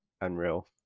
unreal